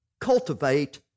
Cultivate